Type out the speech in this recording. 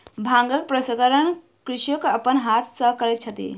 भांगक प्रसंस्करण कृषक अपन हाथ सॅ करैत अछि